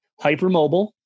hypermobile